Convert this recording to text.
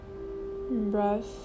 Breath